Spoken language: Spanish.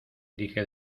dije